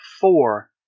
four